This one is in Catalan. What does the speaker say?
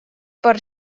per